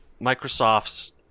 Microsoft's